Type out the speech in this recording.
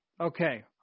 Okay